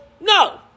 No